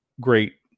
great